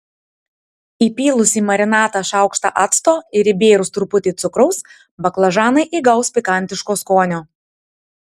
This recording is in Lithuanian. įpylus į marinatą šaukštą acto ir įbėrus truputį cukraus baklažanai įgaus pikantiško skonio